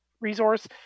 resource